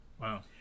Wow